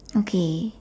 okay